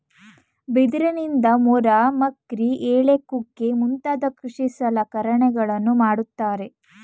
ಬಿದಿರಿನಿಂದ ಮೊರ, ಮಕ್ರಿ, ಏಣಿ ಕುಕ್ಕೆ ಮುಂತಾದ ಕೃಷಿ ಸಲಕರಣೆಗಳನ್ನು ಮಾಡುತ್ತಾರೆ